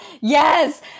yes